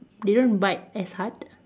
they don't bite as hard